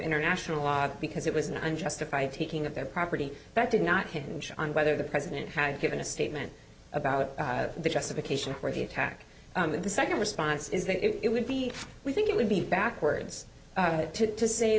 international law because it was an unjustified taking of their property that did not hinge on whether the president had given a statement about the justification for the attack of the second response is that it would be we think it would be backwards